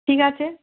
ঠিক আছে